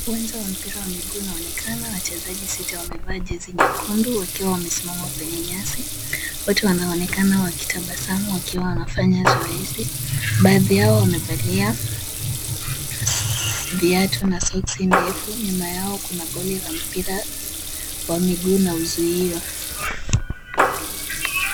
Uwanja wa mpira wa miguu, unaonekana wachezaji sita wamevaa jezi nyekundu wakiwa wamesimama kwenye nyasi. Wote wanaonekana wakitabasamu wakiwa wanafanya zoezi. Baadhi yao wamevalia viatu na soksi ndefu. Nyuma yao kuna goli la mpira wa miguu na uzuio.